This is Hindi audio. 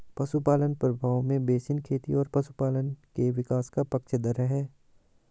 पशुपालन प्रभाव में बेसिन खेती और पशुपालन के विकास का पक्षधर है